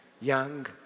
Young